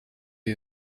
die